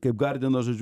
kaip gardinas žodžiu